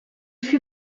fut